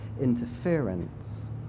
interference